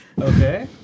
Okay